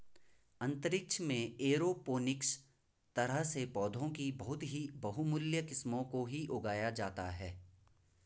अंतरिक्ष में एरोपोनिक्स तरह से पौधों की बहुत ही बहुमूल्य किस्मों को ही उगाया जाता है